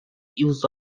use